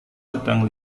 sedang